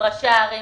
ראשי הערים,